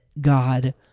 God